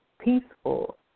peaceful